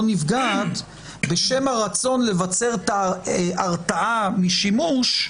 נפגעת בשם הרצון לייצר את ההרתעה משימוש,